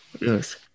Yes